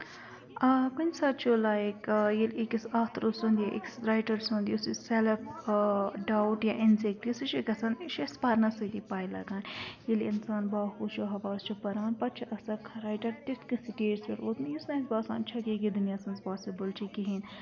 آ کُنہِ ساتہٕ چھُ لایک ییٚلہِ أکِس آتھرٕ سُنٛد یا أکِس رایٹَر سُنٛد یُس یہِ سیلٕپ ڈاوُٹ یا اینزایٹی سُہ چھِ گژھان سُہ چھِ اَسہِ پَرنَس سۭتی پَے لگان ییٚلہِ اِنسان باہوش و حواس چھِ پَران پَتہٕ چھُ آسان کانٛہہ رایٹَر تیُٚتھ کیںٛہہ سٹیجَس پٮ۪ٹھ ووتمُت یُس نہٕ اَسہِ باسان چھِ یہِ کہِ دُنیاہَس منٛز پاسِبٕل چھُ کِہیٖنۍ